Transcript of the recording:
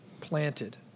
planted